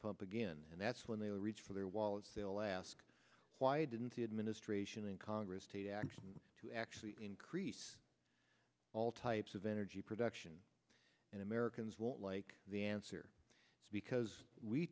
pump again and that's when they will reach for their wallets still ask why didn't the administration and congress take action to actually increase all types of energy production and americans won't like the answer because we